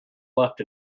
left